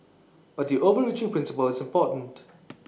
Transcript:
but the overreaching principle is important